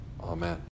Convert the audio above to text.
Amen